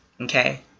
Okay